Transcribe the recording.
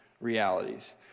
realities